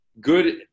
good